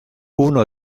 uno